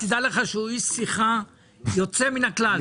תדע לך שהוא איש שיחה יוצא מן הכלל.